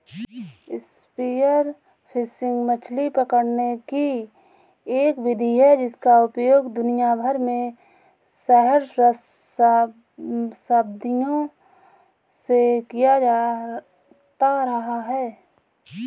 spear fishing मछली पकड़ने की एक विधि है जिसका उपयोग दुनिया भर में सहस्राब्दियों से किया जाता रहा है